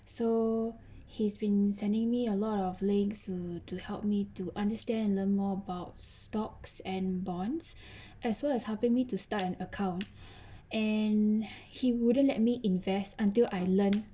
so he's been sending me a lot of links to to help me to understand and learn more about stocks and bonds as well as helping me to start an account and he wouldn't let me invest until I learn